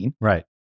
Right